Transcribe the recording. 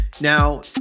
Now